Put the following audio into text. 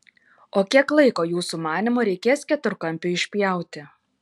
o kiek laiko jūsų manymu reikės keturkampiui išpjauti